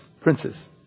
Princes